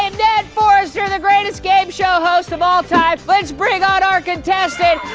um ned forrester, the greatest game show host of all time. let's bring on our contestant.